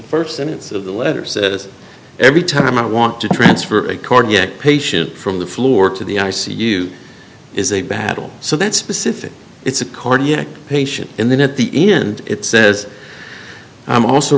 the st sentence of the letter says every time i want to transfer a cardiac patient from the floor to the i c u is a battle so that specific it's a cardiac patient and then at the end it says i'm also